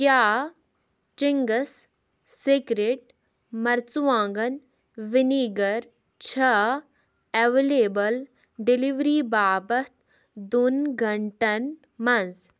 کیٛاہ Ching's secret مرژٕوانٛگن vinegar چھا ایٚولیبٕل ڈیٚلِؤری باپتھ دوٚن گھنٛٹَن منٛز